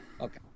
Okay